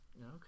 Okay